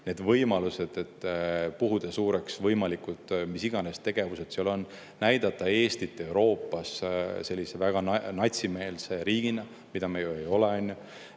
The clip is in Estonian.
need võimalused, et puhuda võimalikult suureks mis iganes tegevused seal, näidata Eestit Euroopas sellise väga natsimeelse riigina, mida me ju ei ole.